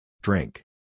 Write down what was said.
Drink